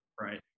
Right